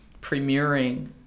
premiering